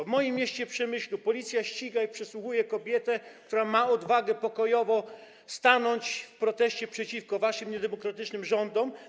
W moim mieście Przemyślu policja ściga i przesłuchuje kobietę, która ma odwagę pokojowo stanąć w proteście przeciwko waszym niedemokratycznym rządom.